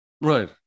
Right